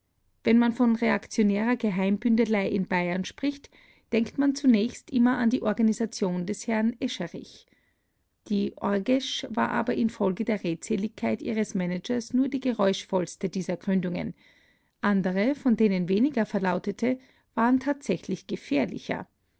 wenn man von reaktionärer geheimbündelei in bayern spricht denkt man zunächst immer an die organisation des herrn escherich die orgesch war aber infolge der redseligkeit ihres managers nur die geräuschvollste dieser gründungen andere von denen weniger verlautete waren tatsächlich gefährlicher